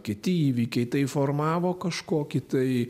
kiti įvykiai tai formavo kažkokį tai